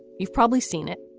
you've probably seen it.